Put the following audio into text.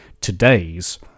Today's